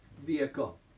vehicle